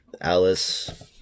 Alice